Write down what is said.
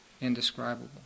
indescribable